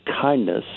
kindness